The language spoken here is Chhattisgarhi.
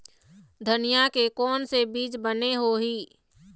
धनिया के कोन से बीज बने होही?